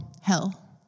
hell